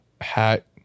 Hat